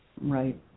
right